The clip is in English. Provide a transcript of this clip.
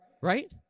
right